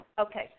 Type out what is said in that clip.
Okay